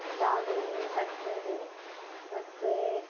ಜಾಗರಣೆ ಮಾಡ್ತಾರೆ ಮತ್ತೆ